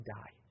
die